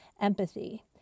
empathy